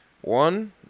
One